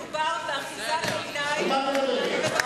מדובר באחיזת עיניים.